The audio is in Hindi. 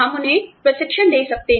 हम उन्हें प्रशिक्षण दे सकते हैं